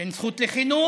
שהן הזכות לחינוך,